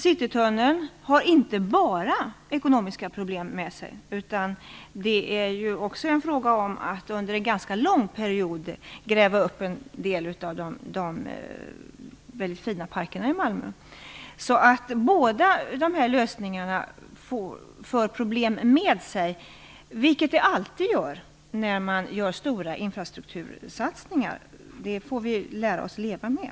Citytunneln innebär inte bara ekonomiska problem, utan det är också fråga om att under en ganska lång period gräva upp en del av de väldigt fina parkerna i Malmö. Båda lösningarna för alltså problem med sig, men så är alltid fallet vid stora infrastruktursatsningar, och det får vi lära oss att leva med.